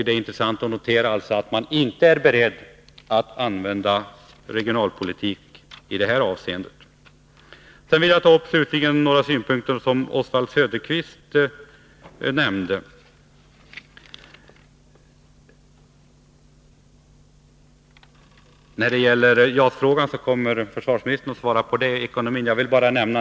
Det är intressant att notera att de inte är beredda att tillämpa regionalpolitiken i detta avseende. Slutligen vill jag ta upp några synpunkter som Oswald Söderqvist nämnde. Försvarsministern kommer att svara på frågan om ekonomin i JAS-frågan.